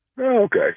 Okay